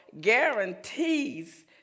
guarantees